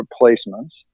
replacements